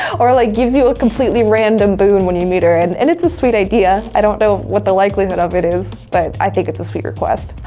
or, like, gives you a completely random boon when you need her. and and it's a sweet idea. i don't know what the likelihood of it is, but i think it's a sweet request.